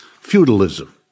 Feudalism